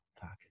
fuck